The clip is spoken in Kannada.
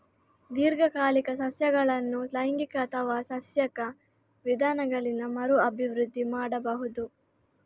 ದೀರ್ಘಕಾಲಿಕ ಸಸ್ಯಗಳನ್ನು ಲೈಂಗಿಕ ಅಥವಾ ಸಸ್ಯಕ ವಿಧಾನಗಳಿಂದ ಮರು ಅಭಿವೃದ್ಧಿ ಮಾಡಬಹುದು